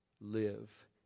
live